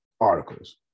articles